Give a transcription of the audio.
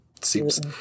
seems